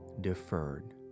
deferred